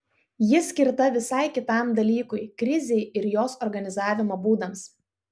ji skirta visai kitam dalykui krizei ir jos organizavimo būdams